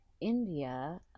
india